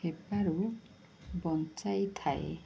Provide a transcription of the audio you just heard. ହେବାରୁ ବଞ୍ଚାଇଥାଏ